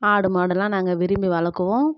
ஆடு மாடெல்லாம் நாங்கள் விரும்பி வளர்க்குவோம்